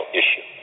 issue